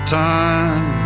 time